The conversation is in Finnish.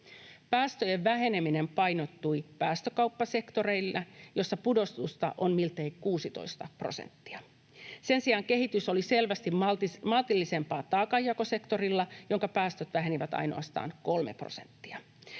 Päästöjen väheneminen painottui päästökauppasektorille, jossa pudotusta on miltei 16 prosenttia. Sen sijaan kehitys oli selvästi maltillisempaa taakanjakosektorilla, jonka päästöt vähenivät ainoastaan 3 prosenttia.